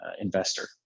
investor